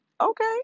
okay